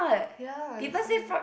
ya that's why